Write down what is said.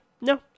no